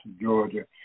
Georgia